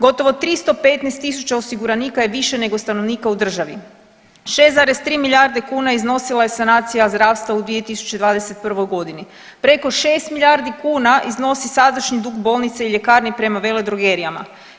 Gotovo 315 tisuća osiguranika je više nego stanovnika u državi, 6,3 milijarde kuna iznosila je sanacija zdravstva u 2021. g., preko 6 milijardi kuna iznosi sadašnji dug bolnice i ljekarni prema veledrogerijama.